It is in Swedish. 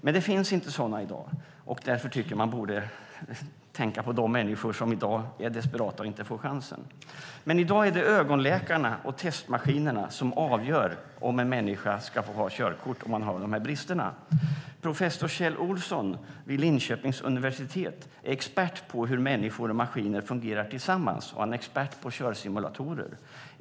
Men det finns inte sådana i dag, och därför tycker jag att man borde tänka på de människor som i dag är desperata och inte får chansen. I dag är det ögonläkarna och testmaskinerna som avgör om en människa som har de här bristerna ska få ha körkort. Professor Kjell Ohlsson vid Linköpings universitet är expert på hur människor och maskiner fungerar tillsammans och expert på körsimulatorer.